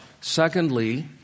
Secondly